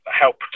help